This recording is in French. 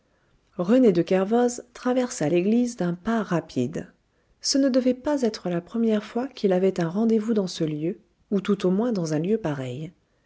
rené de kervoz traversa l'église d'un pas rapide ce ne devait pas être la première fois qu'il avait un rendez-vous dans ce lieu ou tout au moins dans un lieu pareil